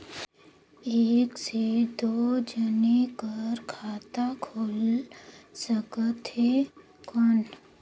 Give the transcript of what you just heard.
एक से दो जने कर खाता खुल सकथे कौन?